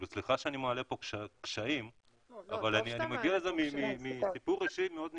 סליחה שאני מעלה כאן קשיים אבל אני מכיר את זה מסיפור אישי מאוד נקודתי.